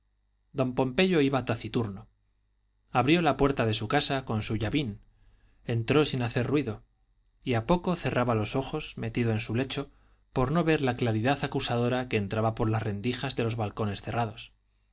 don pompeyo iba taciturno abrió la puerta de su casa con su llavín entró sin hacer ruido y a poco cerraba los ojos metido en su lecho por no ver la claridad acusadora que entraba por las rendijas de los balcones cerrados